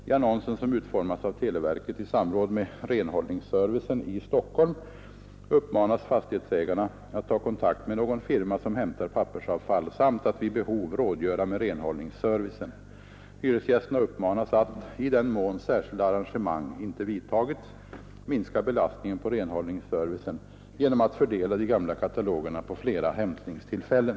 I annonsen — som utformats av televerket i samråd med renhållningsservicen i Stockholm — uppmanas fastighetsägarna att ta kontakt med någon firma som hämtar pappersavfall samt ati vid behov rådgöra med renhållningsservicen. Hyresgästerna uppmanas att — i den mån särskilda arrangemang inte vidtagits — minska belastningen på renhållningsservicen genom att fördela de gamla katalogerna på flera hämtningstillfällen.